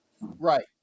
Right